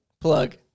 plug